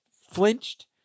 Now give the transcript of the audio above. flinched